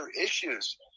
issues